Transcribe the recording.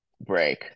break